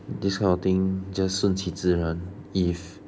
this kind of thing just 顺其自然 if